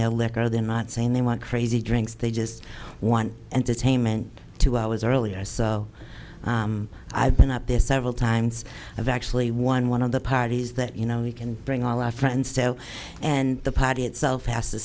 their liquor they're not saying they want crazy drinks they just want entertainment two hours earlier so i've been up there several times i've actually won one of the parties that you know we can bring all our friends to and the party itself has to